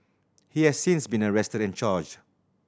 he has since been arrested and charged